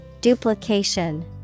Duplication